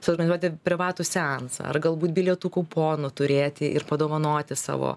suorganizuoti privatų seansą ar galbūt bilietų kuponų turėti ir padovanoti savo